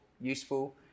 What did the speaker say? useful